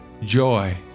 joy